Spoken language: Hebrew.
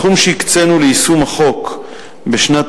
1. הסכום שהקצינו ליישום החוק בשנת